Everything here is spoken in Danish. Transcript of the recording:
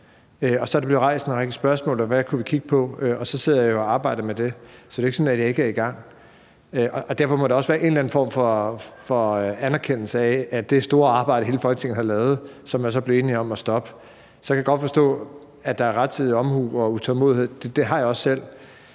Så er der blevet rejst en række spørgsmål om, hvad vi kunne kigge på, og så sidder jeg og arbejder med det. Så det er jo ikke sådan, at jeg ikke er i gang. Derfor må der også være en eller anden form for anerkendelse af det store arbejde, hele Folketinget har lavet, og som man så blev enige om at stoppe. Så kan jeg godt forstå, at man taler om rettidig omhu, og at der er utålmodighed. Det har jeg også selv.